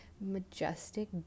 majestic